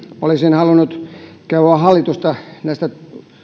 olisin halunnut kehua hallitusta näistä